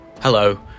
Hello